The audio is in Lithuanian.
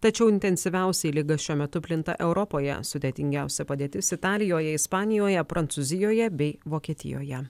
tačiau intensyviausiai liga šiuo metu plinta europoje sudėtingiausia padėtis italijoje ispanijoje prancūzijoje bei vokietijoje